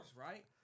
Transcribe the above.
right